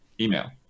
email